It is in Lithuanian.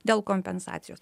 dėl kompensacijos